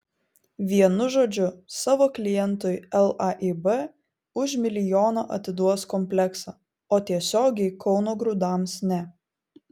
vienu žodžiu savo klientui laib už milijoną atiduos kompleksą o tiesiogiai kauno grūdams ne